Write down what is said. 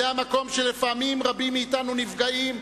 זה המקום שבו לפעמים רבים מאתנו נפגעים.